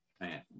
man